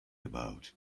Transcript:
about